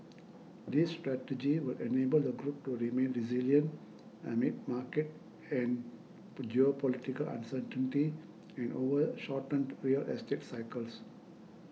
this strategy will enable the group to remain resilient amid market and geopolitical uncertainty and over shortened real estate cycles